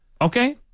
Okay